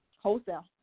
wholesale